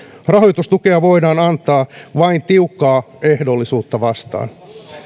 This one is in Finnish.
rahoitustukea voidaan antaa vain tiukkaa ehdollisuutta vastaan